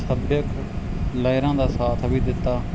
ਸੱਭਿਅਕ ਲਹਿਰਾਂ ਦਾ ਸਾਥ ਵੀ ਦਿੱਤਾ